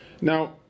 Now